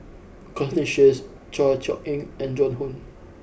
Constance Sheares Chor Yeok Eng and Joan Hon